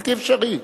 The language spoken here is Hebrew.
בלתי אפשרי.